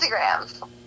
Instagram